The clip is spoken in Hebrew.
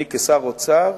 אני כשר האוצר